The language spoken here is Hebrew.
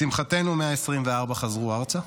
לשמחתנו, 124 חזרו ארצה,